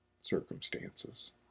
circumstances